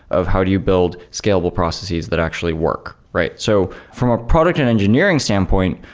of how do you build scalable processes that actually work, right? so from a product and engineering standpoint,